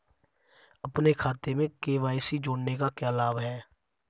अपने खाते में के.वाई.सी जोड़ने का क्या लाभ है?